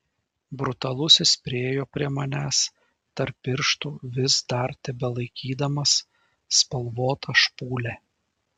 brutalusis priėjo prie manęs tarp pirštų vis dar tebelaikydamas spalvotą špūlę